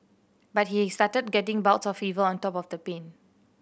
but he started getting bouts of fever on top of the pain